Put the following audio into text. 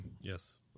Yes